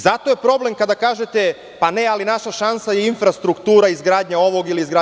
Zato je problem kada kažete - pa ne, ali naša šansa je infrastruktura i izgradnja ovoga ili onoga.